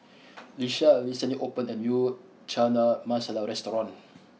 Lisha recently opened a new Chana Masala restaurant